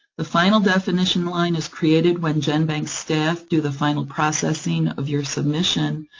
the final definition line is created when genbank's staff do the final processing of your submission,